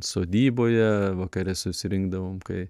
sodyboje vakare susirinkdavom kai